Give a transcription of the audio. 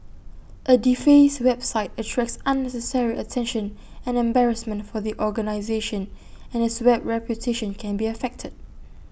A defaced website attracts unnecessary attention and embarrassment for the organisation and its web reputation can be affected